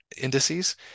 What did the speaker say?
indices